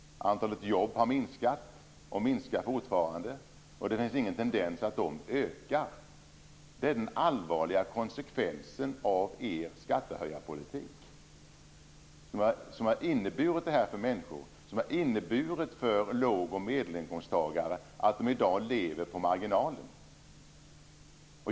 Antalet jobb har minskat och minskar fortfarande. Det finns ingen tendens att de ökar. Det är den allvarliga konsekvensen av er skattehöjarpolitik. Den har inneburit detta för människor. Den har inneburit att låg och medelinkomsttagare i dag lever på marginalen.